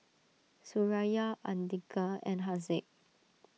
Suraya Andika and Haziq